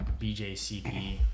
BJCP